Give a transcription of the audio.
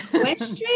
question